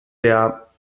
der